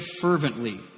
fervently